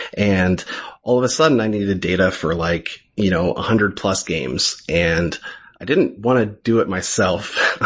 and all of a sudden i needed a data for like you know hundred plus games, and i and didn't want to do it myself.